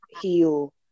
heal